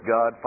God